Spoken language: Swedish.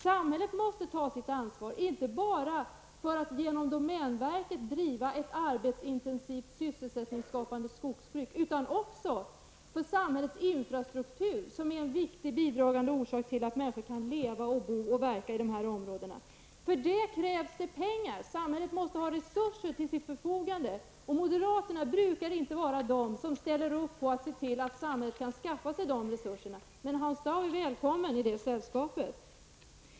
Samhället måste ta sitt ansvar, inte bara för att genom domänverket driva ett arbetsintensivt och sysselsättningsskapande skogsbruk utan också för samhällets infrastruktur, som är en viktig bidragande orsak till att människor kan leva, bo och verka i dessa områden. För detta krävs pengar. Samhället måste ha resurser till sitt förfogande. Moderaterna brukar inte ställa upp på att se till att samhället kan skaffa sig dessa resurser. Men Hans Dau är välkommen i det sällskapet.